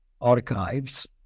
archives